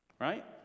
right